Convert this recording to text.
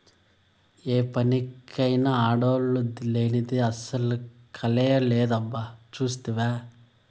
ఏ పనికైనా ఆడోల్లు లేనిదే అసల కళే లేదబ్బా సూస్తివా